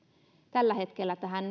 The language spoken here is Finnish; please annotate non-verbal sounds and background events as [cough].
tällä hetkellä tähän [unintelligible]